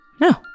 No